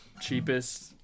Cheapest